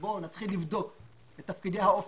שבו נתחיל לבדוק את תפקידי האופק,